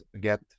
get